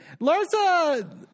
Larsa